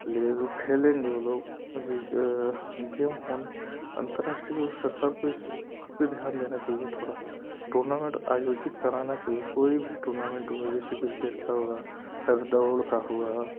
player वो खेलेंगे वो लोग जी गेम होने अंतरराष्ट्रीय की वो सरकार पर इस बात पे ध्यान देना चाहिए थोड़ा टूनामेंट आयोजित कराना चाहिए कोई भी टूनामेंट हुआ जैसे क्रिकेट का हुआ चाहे दौड़ का हुआ